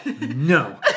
No